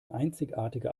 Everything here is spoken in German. einzigartige